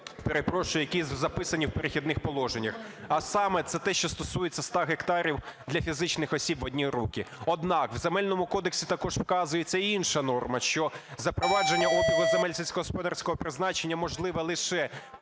які записані в "Перехідних положеннях", а саме: це те, що стосується 100 гектарів для фізичних осіб в одні руки. Однак, в Земельному кодексі також вказується і інша норма, що запровадження обігу земель сільськогосподарського призначення можливо лише